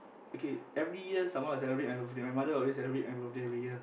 okay every year someone will celebrate my birthday my mother will always celebrate my birthday every year